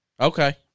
Okay